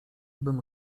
bym